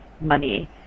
money